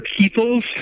people's